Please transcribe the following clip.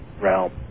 realm